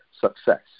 success